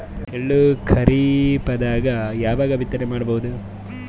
ಎಳ್ಳು ಖರೀಪದಾಗ ಯಾವಗ ಬಿತ್ತನೆ ಮಾಡಬಹುದು?